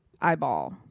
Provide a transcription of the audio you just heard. eyeball